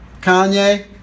Kanye